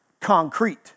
concrete